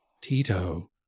Tito